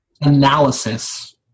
analysis